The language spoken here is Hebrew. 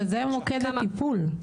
אבל זה מוקד הטיפול.